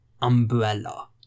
umbrella